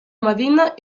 medina